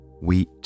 Wheat